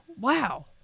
wow